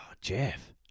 Jeff